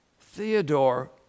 Theodore